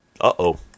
Uh-oh